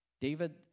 David